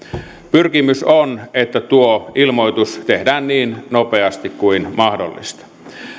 pyrkimys on että tuo ilmoitus tehdään niin nopeasti kuin mahdollista